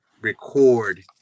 record